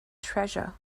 treasure